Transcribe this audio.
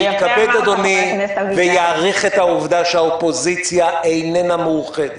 אז יתכבד אדוני ויעריך את העובדה שהאופוזיציה איננה מאוחדת.